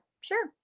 sure